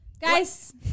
Guys